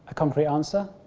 ah concrete answer.